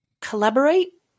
collaborate